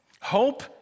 Hope